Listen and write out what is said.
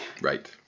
Right